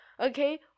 Okay